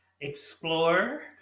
Explore